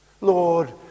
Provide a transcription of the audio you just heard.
Lord